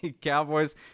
Cowboys